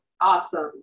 Awesome